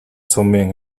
сумын